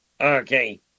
Okay